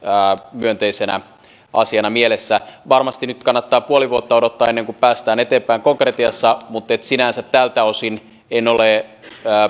myönteisenä asiana mielessä varmasti nyt kannattaa puoli vuotta odottaa ennen kuin päästään eteenpäin konkretiassa mutta sinänsä tältä osin en ole